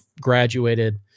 graduated